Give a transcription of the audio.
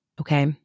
Okay